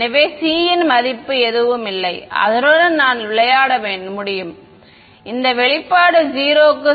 எனவே c இன் மதிப்பு எதுவுமில்லை அதனுடன் நான் விளையாட முடியும் இந்த வெளிப்பாடு 0 க்குச் செல்லும்